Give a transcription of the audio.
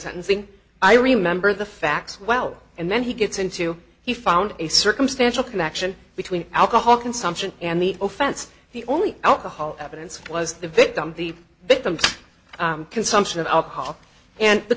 sentencing i remember the facts well and then he gets into he found a circumstantial connection between alcohol consumption and the offense he only alcohol evidence was the victim the victim's consumption of alcohol and the